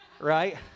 right